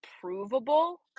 provable